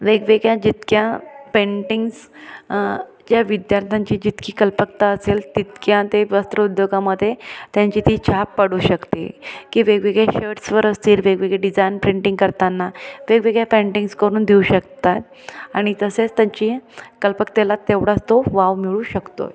वेगवेगळ्या जितक्या पेंटिंग्स ज्या विद्यार्थ्यांची जितकी कल्पकता असेल तितक्या ते वस्त्रोद्योगामध्ये त्यांची ती छाप पडू शकते की वेगवेगळ्या शर्ट्सवर असतील वेगवेगळे डिझाईन प्रिंटिंग करताना वेगवेगळ्या पेंटिंग्स करून देऊ शकतात आणि तसेच त्यांच्या कल्पकतेला तेवढाच तो वाव मिळू शकतो आहे